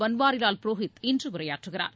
பன்வாரிலால் புரோஹித் இன்று உரையாற்றுகிறார்